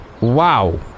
Wow